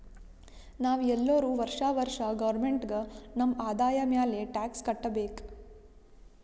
ನಾವ್ ಎಲ್ಲೋರು ವರ್ಷಾ ವರ್ಷಾ ಗೌರ್ಮೆಂಟ್ಗ ನಮ್ ಆದಾಯ ಮ್ಯಾಲ ಟ್ಯಾಕ್ಸ್ ಕಟ್ಟಬೇಕ್